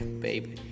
baby